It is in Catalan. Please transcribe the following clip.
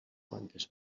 quantes